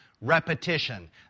repetition